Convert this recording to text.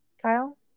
Kyle